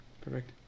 Perfect